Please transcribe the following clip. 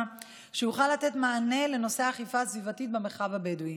שיוכל לתת מענה לנושא האכיפה הסביבתית במרחב הבדואי.